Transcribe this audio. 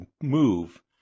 move